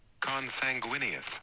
Consanguineous